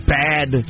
bad